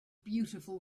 beautiful